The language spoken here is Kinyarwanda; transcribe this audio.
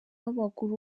w’amaguru